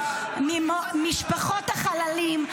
משפחות החללים,